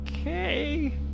okay